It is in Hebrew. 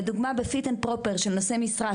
לדוגמה ב fit and proper של נושאי משרה,